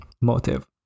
motive